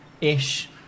ish